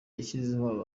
yashyizeho